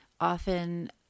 often